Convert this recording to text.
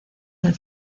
del